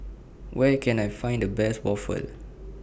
Where Can I Find The Best Waffle